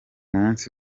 munsi